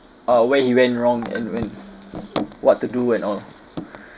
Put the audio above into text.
uh where he went wrong and when what to do at all